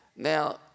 Now